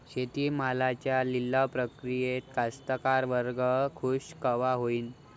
शेती मालाच्या लिलाव प्रक्रियेत कास्तकार वर्ग खूष कवा होईन?